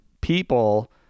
people